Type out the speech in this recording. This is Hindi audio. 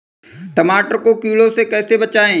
टमाटर को कीड़ों से कैसे बचाएँ?